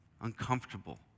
uncomfortable